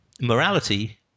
Morality